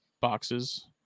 boxes